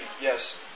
Yes